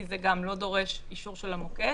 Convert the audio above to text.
כי זה גם לא דורש אישור של המוקד,